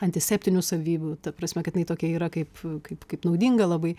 antiseptinių savybių ta prasme kad jinai tokia yra kaip kaip kaip naudinga labai